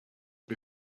but